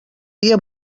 dia